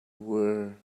wear